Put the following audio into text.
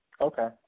Okay